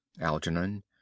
Algernon